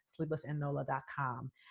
sleeplessandnola.com